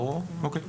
אוקיי.